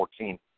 2014